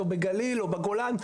בגליל או בגולן,